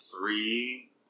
three